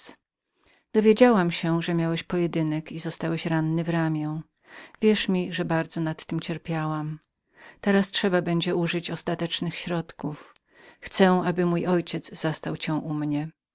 dowiedziałam się kochany soarez że miałeś pojedynek i zostałeś ranny w ramię możesz sobie wyobrazić ile na tem cierpiałam teraz jednak idzie o użycie ostatecznych środków chcę aby mój ojciec zastał cię u mnie